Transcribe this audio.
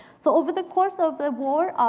so over the course of the war,